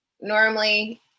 normally